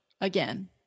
again